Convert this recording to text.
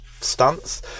Stunts